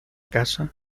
casa